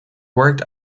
worked